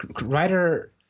writer